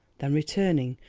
then returning,